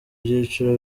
byiciro